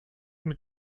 mit